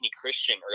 Christian